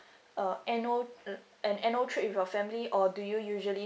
a annual mm an annual trip with your family or do you usually